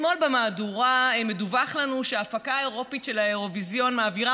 אתמול במהדורה מדֻווח לנו שההפקה האירופית של האירוויזיון מעבירה